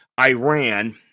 Iran